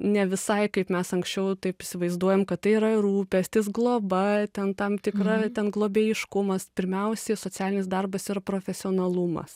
ne visai kaip mes anksčiau taip įsivaizduojam kad tai yra rūpestis globa ten tam tikra ten globėjiškumas pirmiausiai socialinis darbas yra profesionalumas